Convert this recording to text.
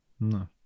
No